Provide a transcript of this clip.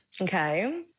Okay